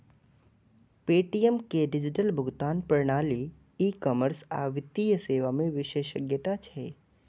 Paytm के digital भुगतान प्रणाली, ई कॉमर्स आ वित्तीय सेवा मे विशेषज्ञता छै